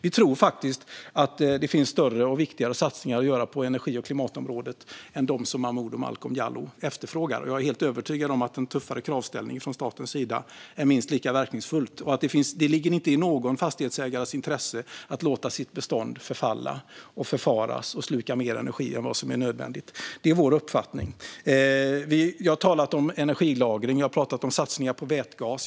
Vi tror faktiskt att det finns större och viktigare satsningar att göra på energi och klimatområdet än dem som Momodou Malcolm Jallow efterfrågar. Jag är helt övertygad om att en tuffare kravställning från statens sida är minst lika verkningsfull. Det ligger inte heller i någon fastighetsägares intresse att låta sitt bestånd förfalla, förfaras och sluka mer energi än vad som är nödvändigt. Det är vår uppfattning. Jag har också pratat om energilagring. Jag har pratat om satsningar på vätgas.